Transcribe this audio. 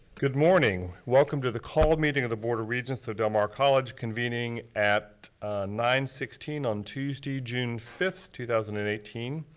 good morning, welcome to the called meeting of the board of regents of del mar college, convening at nine sixteen on tuesday, june fifth, two thousand and eighteen.